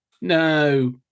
no